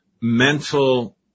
mental